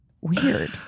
Weird